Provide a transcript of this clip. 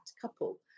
couple